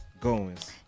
Goins